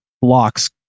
blocks